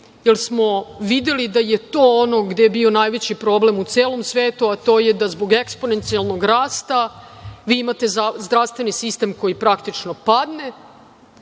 jer smo videli da je to ono gde je bio najveći problem u celom svetu, a to je da zbog eksponencijalnog rasta vi imate zdravstveni sistem koji praktično padne,